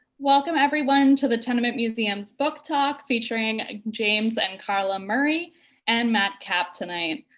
welcome everyone to the tenement museum's book talk featuring james and karla murray and matt kapp tonight.